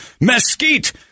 mesquite